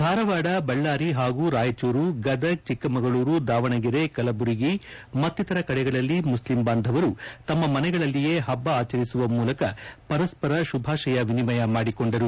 ಧಾರವಾದ ಬಳ್ಳಾರಿ ಹಾಗೂ ರಾಯಚೂರು ಗದಗ್ ಚಿಕ್ಕಮಗಳೂರು ದಾವಣಗೆರೆ ಕಲಬುರಗಿ ಮತ್ತಿತರ ಕಡೆಗಳಲ್ಲಿ ಮುಸ್ಲಿಂ ಬಾಂಧವರು ತಮ್ಮ ಮನೆಗಳಲ್ಲಿಯೇ ಹಬ್ಬ ಆಚರಿಸುವ ಮೂಲಕ ಪರಸ್ವರ ಶುಭಾಶಯ ವಿನಿಮಯ ಮಾಡಿಕೊಂಡರು